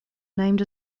named